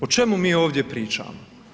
O čemu mi ovdje pričamo?